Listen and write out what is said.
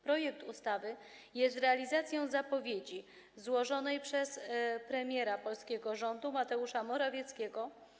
Projekt ustawy jest realizacją zapowiedzi złożonej przez premiera polskiego rządu Mateusza Morawieckiego.